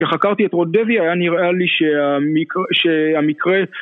חקרתי את רות דבי, היה נראה לי שהמקרה...